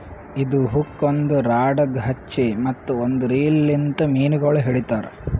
ಇದು ಹುಕ್ ಒಂದ್ ರಾಡಗ್ ಹಚ್ಚಿ ಮತ್ತ ಒಂದ್ ರೀಲ್ ಲಿಂತ್ ಮೀನಗೊಳ್ ಹಿಡಿತಾರ್